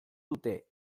dute